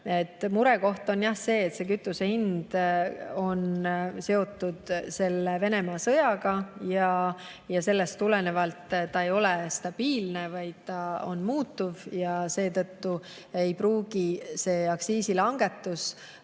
Murekoht on see, et kütuse hind on seotud Venemaa sõjaga ja sellest tulenevalt ta ei ole stabiilne, vaid on muutuv. Seetõttu ei pruugi aktsiisilangetus